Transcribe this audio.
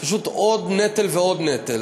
הוא פשוט עוד נטל ועוד נטל,